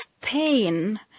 pain